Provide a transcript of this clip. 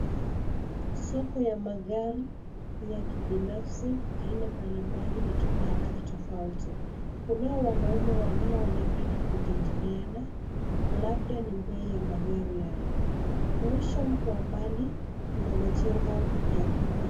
Soko ya magari ya kibinafsi aina mbalimbali na rangi tofauti. Kunao wanaume wanaonekana kujadiliana labda ni bei ya magari yale. Mwisho wa mbali kuna majengo ya vyuma.